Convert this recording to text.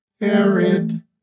Arid